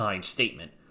statement